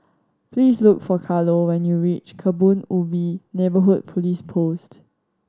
please look for Carlo when you reach Kebun Ubi Neighbourhood Police Post